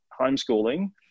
homeschooling